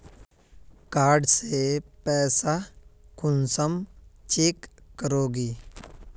Card से पैसा कुंसम चेक करोगी?